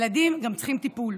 שילדים גם צריכים טיפול,